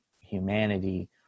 humanity